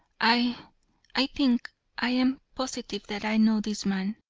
i i think i am positive that i know this man.